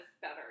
better